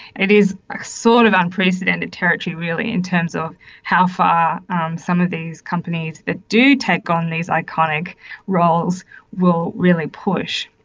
it is like sort of unprecedented territory really in terms of how far some of these companies that do take on these iconic roles will really push.